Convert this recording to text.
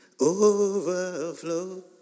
overflow